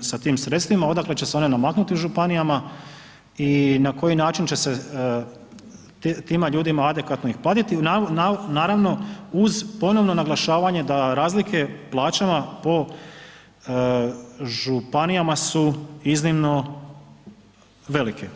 sa tim sredstvima odakle će se ona namaknuti u županijama i na koji način će se tima ljudima adekvatno ih platiti naravno uz ponovno naglašavanje da razlike u plaćama po županijama su iznimno velike.